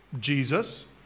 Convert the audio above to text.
Jesus